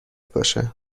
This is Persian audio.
باشه